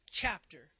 chapter